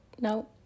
No